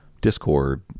Discord